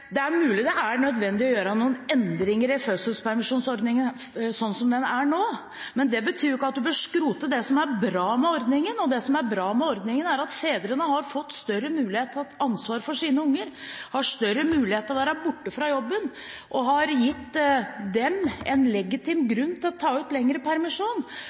Det er mulig det er nødvendig å gjøre noen endringer i fødselspermisjonsordningen sånn som den er nå, men det betyr ikke at en bør skrote det som er bra med ordningen. Og det som er bra med ordningen, er at fedrene har fått større mulighet til å ta ansvar for ungene sine. De har større mulighet til å være borte fra jobben, og det har gitt dem en legitim grunn til å ta ut lengre permisjon.